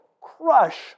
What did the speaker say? crush